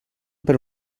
per